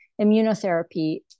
Immunotherapy